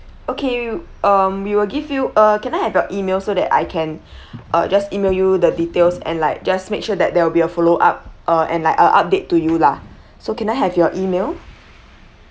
okay um we will give you uh can I have your email so that I can uh just email you the details and like just make sure that there will be a follow up uh and like an update to you lah so can I have your email